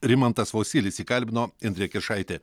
rimantas vosylis jį kalbino indrė kiršaitė